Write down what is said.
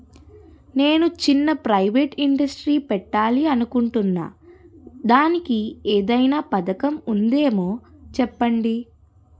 నేను చిన్న private industry పెట్టాలి అనుకుంటున్నా దానికి ఏదైనా పథకం ఉందేమో చెప్పండి?